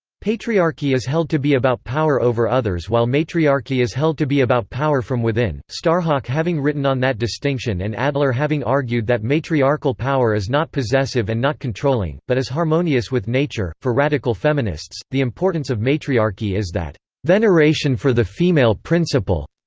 patriarchy is held to be about power over others while matriarchy is held to be about power from within, starhawk having written on that distinction and adler having argued that matriarchal power is not possessive and not controlling, but is harmonious with nature for radical feminists, the importance of matriarchy is that veneration for the female principle.